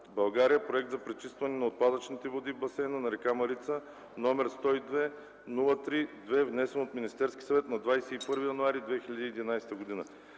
(България – проект за пречистване на отпадъчните води в басейна на река Марица), № 102-03-2, внесен от Министерския съвет на 21 януари 2011 г.